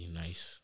nice